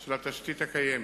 של התשתית הקיימת.